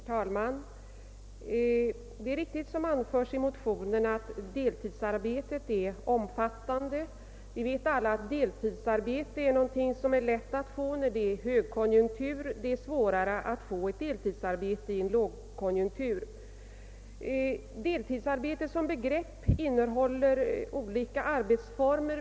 Herr talman! Det är riktigt som anförs i motionerna att deltidsarbetet är omfattande. Vi vet alla att det är lätt att få deltidsarbete när det är högkonjunktur och svårare i en lågkonjunktur. Deltidsarbete som begrepp innehåller olika arbetsformer.